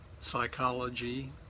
psychology